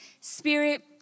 spirit